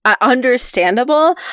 understandable